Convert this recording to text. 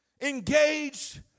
engaged